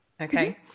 okay